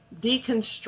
deconstruct